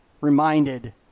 reminded